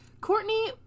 Courtney